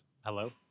Hello